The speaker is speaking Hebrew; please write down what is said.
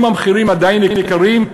אם המחירים עדיין גבוהים,